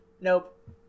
Nope